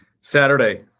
saturday